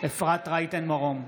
אפרת רייטן מרום,